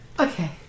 Okay